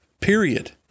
Period